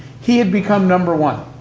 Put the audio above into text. he had become number one.